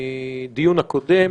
בדיון הקודם.